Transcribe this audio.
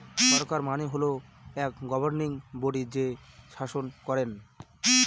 সরকার মানে হল এক গভর্নিং বডি যে শাসন করেন